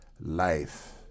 life